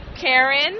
Karen